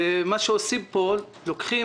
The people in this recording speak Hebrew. פה לוקחים